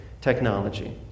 technology